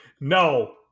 No